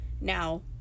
Now